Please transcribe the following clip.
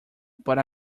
but